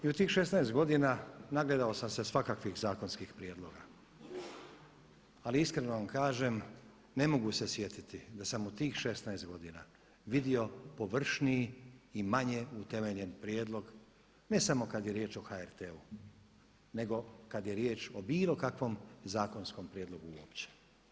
I u tih 16 godina nagledao sam se svakakvih zakonskih prijedloga ali iskreno vam kažem, ne mogu se sjetiti da sam u tih 16 godina vidio površniji i manje utemeljen prijedlog ne samo kada je riječ o HRT-u nego kada je riječ o bilo kakvom zakonskom prijedlogu uopće.